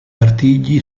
artigli